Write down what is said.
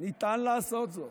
ניתן לעשות זאת.